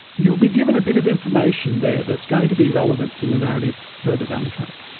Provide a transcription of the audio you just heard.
you'll be given a bit of information there that's going to be relevant in the narrative further down the track.